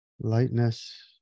Lightness